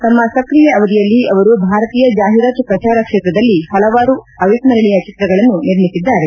ತಮ್ಮ ಸಕ್ರಿಯ ಅವಧಿಯಲ್ಲಿ ಅವರು ಭಾರತೀಯ ಜಾಹಿರಾತು ಪ್ರಚಾರ ಕ್ಷೇತ್ರದಲ್ಲಿ ಹಲವಾರು ಅವಿಸ್ತರಣೀಯ ಚಿತ್ರಗಳನ್ನು ನಿರ್ಮಿಸಿದ್ದಾರೆ